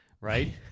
right